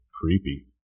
creepy